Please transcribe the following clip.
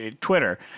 Twitter